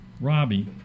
Robbie